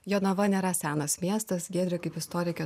jonava nėra senas miestas giedrė kaip istorikė